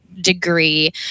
degree